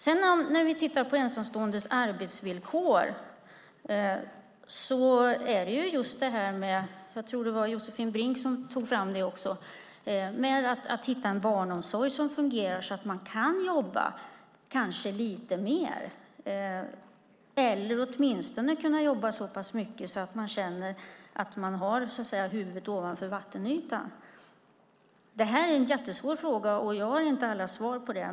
Om vi tittar på ensamståendes arbetsvillkor ser vi just detta - jag tror att det var Josefin Brink som tog upp det - att man ska hitta en barnomsorg som fungerar så att man kan jobba kanske lite mer eller åtminstone så pass mycket att man känner att man har huvudet ovanför vattenytan. Det här är en jättesvår fråga, och jag har inte alla svar på den.